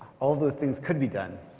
all those things could be done,